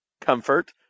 comfort